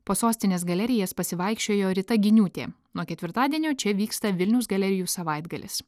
po sostinės galerijas pasivaikščiojo rita giniūtė nuo ketvirtadienio čia vyksta vilniaus galerijų savaitgalis